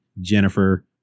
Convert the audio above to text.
Jennifer